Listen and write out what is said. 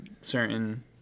certain